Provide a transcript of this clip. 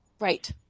Right